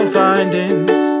findings